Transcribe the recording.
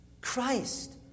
Christ